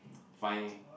fine